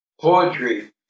Poetry